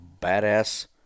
badass